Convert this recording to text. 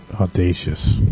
Audacious